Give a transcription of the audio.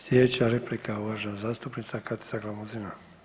Sljedeća replika uvažena zastupnica Katica Glamuzina.